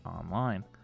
online